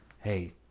hey